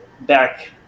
back